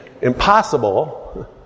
impossible